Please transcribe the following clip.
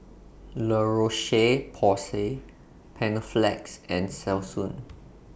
La Roche Porsay Panaflex and Selsun